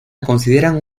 consideran